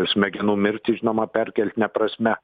smegenų mirtį žinoma perkeltine prasme